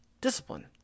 discipline